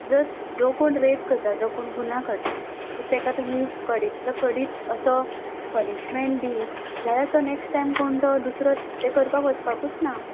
ज जो कोण रेप करता जो कोण गुना करता ताका तुमी कडींतलो कडीत असो पनीशमेंट दीत जाल्यार तो नेक्स्ट टायम कोण तो दुसरो ते करपाक वचपाकूच ना